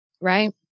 Right